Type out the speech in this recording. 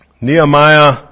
Nehemiah